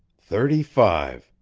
thirty-five,